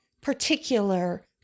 particular